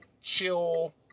chill